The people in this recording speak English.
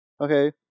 Okay